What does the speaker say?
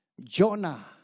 Jonah